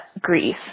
grief